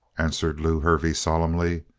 answered lew hervey solemnly.